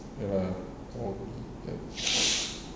ya